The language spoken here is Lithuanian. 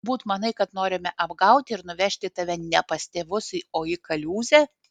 turbūt manai kad norime apgauti ir nuvežti tave ne pas tėvus o į kaliūzę